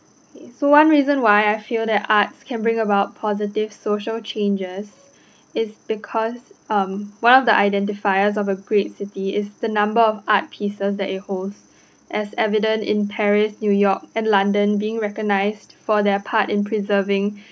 so one reason why I feel that arts can bring about positive social changes is because um one of the identifier of a great city is the number of art pieces that it holds as evidence in Paris New York and London been recognised for their part in preserving